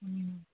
हुँ